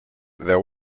the